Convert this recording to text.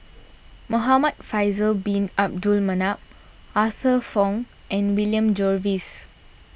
Muhamad Faisal Bin Abdul Manap Arthur Fong and William Jervois